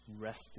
rested